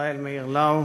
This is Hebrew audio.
ישראל מאיר לאו,